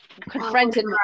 confronted